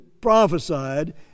prophesied